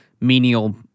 menial